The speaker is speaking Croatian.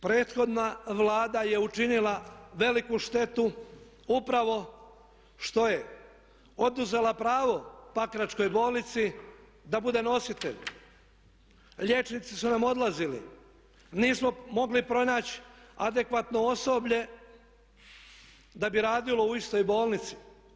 Prethodna Vlada je učinila veliku štetu upravo što je oduzela pravo Pakračkoj bolnici da bude nositelj, liječnici su nam odlazili, nismo mogli pronaći adekvatno osoblje da bi radilo u istoj bolnici.